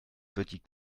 petit